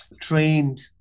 trained